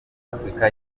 afurika